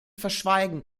verschweigen